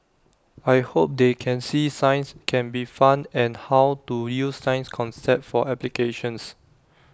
I hope they can see science can be fun and how to use science concepts for applications